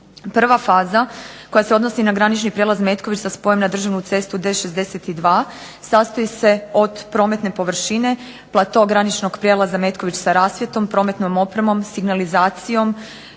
Prva faza koja se odnosi na granični prijelaz Metković sa spojem na državnu cestu D62 sastoji se od prometne površine, plato graničnog prijelaza Metković sa rasvjetom, prometnom opremom, signalizacijom,